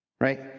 right